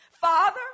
Father